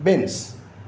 beans